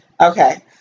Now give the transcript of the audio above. Okay